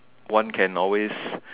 one can always